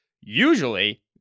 Usually